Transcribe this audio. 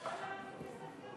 בכל סוגי בתי-הספר?